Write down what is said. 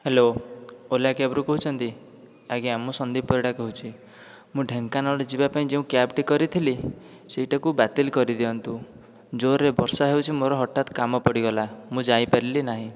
hello Ola କ୍ୟାବ୍ରୁ କହୁଛନ୍ତି ଆଜ୍ଞା ମୁଁ ସନ୍ଦୀପ ପରିଡ଼ା କହୁଛି ମୁଁ ଢେଙ୍କାନାଳରୁ ଯିବା ପାଇଁ ଯେଉଁ କ୍ୟାବ୍ଟି କରିଥିଲି ସେଇଟାକୁ ବାତିଲ କରିଦିଅନ୍ତୁ ଜୋରରେ ବର୍ଷା ହେଉଛି ମୋ'ର ହଠାତ କାମ ପଡ଼ିଗଲା ମୁଁ ଯାଇପାରିଲି ନାହିଁ